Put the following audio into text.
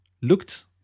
looked